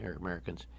Americans